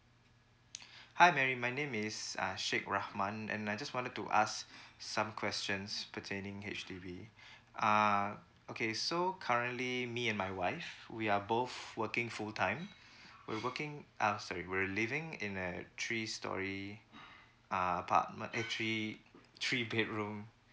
hi mary my name is uh syed rahman and I just wanted to ask some questions pertaining H_D_B uh okay so currently me and my wife we are both working full time we working uh sorry we're living in a three storey uh apartment eh three three bedroom